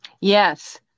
Yes